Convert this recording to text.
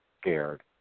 scared